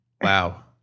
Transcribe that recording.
Wow